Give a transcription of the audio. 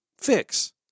fix